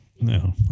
no